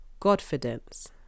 Godfidence